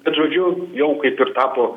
bet žodžiu jau kaip ir tapo